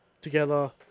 together